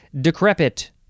Decrepit